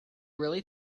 really